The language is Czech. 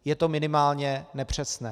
Je to minimálně nepřesné.